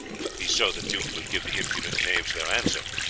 if it be so the duke will give the impudent knaves their answer.